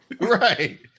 right